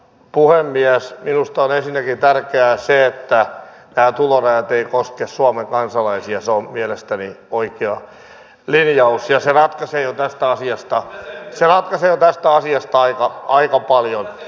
minusta on ensinnäkin tärkeää se että nämä tulorajat eivät koske suomen kansalaisia se on mielestäni oikea linjaus ja se ratkaisee jo tästä asiasta aika paljon